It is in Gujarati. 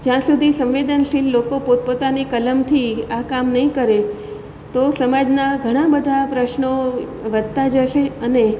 જ્યાં સુધી સંવેદનશીલ લોકો પોતપોતાની કલમથી આ કામ નહીં કરે તો સમાજના ઘણા બધા પ્રશ્નો વધતા જશે અને